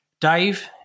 Dave